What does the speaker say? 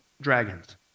dragons